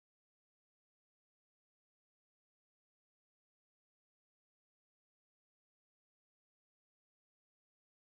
mm and involvement in~ integration of the bangla workers into the community